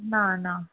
ना ना